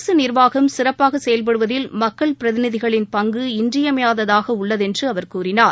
அரசு நிர்வாகம் சிறப்பாக செயல்படுவதில் மக்கள் பிரதிநிதிகளின் பங்கு இன்றியமையாததாக உள்ளது என்று அவர் கூறினார்